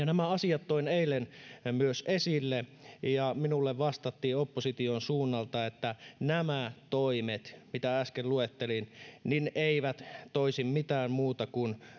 nämä asiat toin eilen myös esille ja minulle vastattiin opposition suunnalta että nämä toimet mitä äsken luettelin eivät toisi mitään muuta kuin